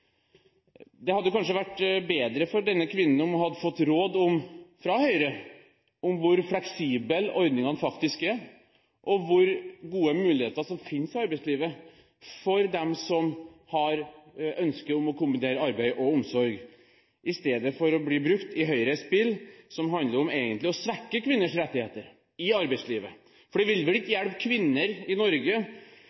Det hadde kanskje vært bedre for denne kvinnen om hun hadde fått råd – fra Høyre – om hvor fleksible ordningene faktisk er, og om hvor gode muligheter som finnes i arbeidslivet for dem som har et ønske om å kombinere arbeid og omsorg, i stedet for å bli brukt i Høyres spill, som egentlig handler om å svekke kvinners rettigheter i arbeidslivet. For det ville vel ikke